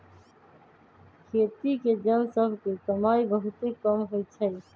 खेती के जन सभ के कमाइ बहुते कम होइ छइ